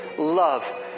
love